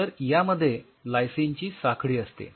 तर यामध्ये लायसिन ची साखळी असते